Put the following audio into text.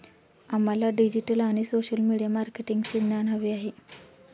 आम्हाला डिजिटल आणि social media मार्केटिंगचे ज्ञान हवे आहे